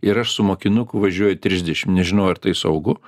ir aš su mokinuku važiuoju trisdešim nežinau ar tai saugu